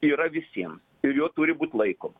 yra visiems ir jo turi būt laikoma